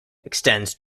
extends